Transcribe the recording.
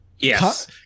Yes